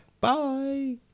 Bye